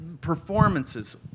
performances